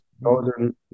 northern